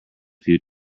future